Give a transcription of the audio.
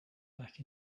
back